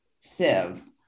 sieve